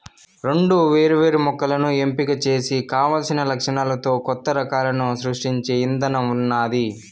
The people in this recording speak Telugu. రెండు వేరు వేరు మొక్కలను ఎంపిక చేసి కావలసిన లక్షణాలతో కొత్త రకాలను సృష్టించే ఇధానం ఉన్నాది